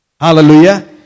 Hallelujah